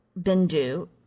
Bindu